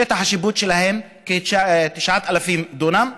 מג'ד אל-כרום, שטח השיפוט שלה הוא כ-9,000 דונם,